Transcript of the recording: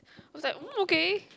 I was like oh okay